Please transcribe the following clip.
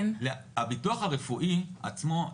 הביטוח הרפואי עצמו,